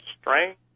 strength